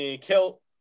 kill